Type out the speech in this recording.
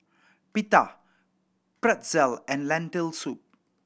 Pita Pretzel and Lentil Soup